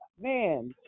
man